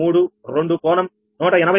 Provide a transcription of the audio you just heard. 532 కోణం 183